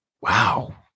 wow